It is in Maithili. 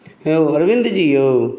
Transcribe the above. यौ अरविंदजी यौ